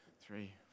three